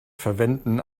verwenden